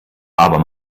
aber